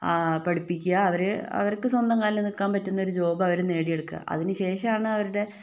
ആ പഠിപ്പിക്കുക അവര് അവർക്ക് സ്വന്തം കാലിൽ നിക്കാൻ പറ്റുന്ന ഒരു ജോബ് അവര് നേടി എടുക്കുക അതിന് ശേഷം ആണ് അവരുടെ